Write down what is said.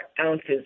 ounces